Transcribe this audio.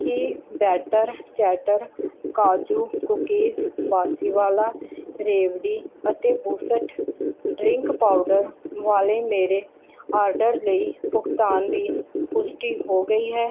ਕੀ ਬੈਟਰ ਚੈਟਰ ਕਾਜੂ ਕੂਕੀਜ਼ ਬਾਂਸੀਵਾਲਾ ਰੇਵਡੀ ਅਤੇ ਬੂਸਟ ਡਰਿੰਕ ਪਾਊਡਰ ਵਾਲੇ ਮੇਰੇ ਆਰਡਰ ਲਈ ਭੁਗਤਾਨ ਦੀ ਪੁਸ਼ਟੀ ਹੋ ਗਈ ਹੈ